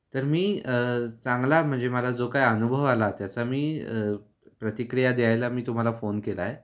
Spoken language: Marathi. तर मी चांगला म्हणजे मला जो काय अनुभव आला त्याचा मी प्रतिक्रिया द्यायला मी तुम्हाला फोन केला आहे